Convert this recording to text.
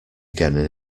again